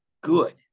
good